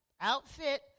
outfit